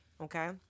Okay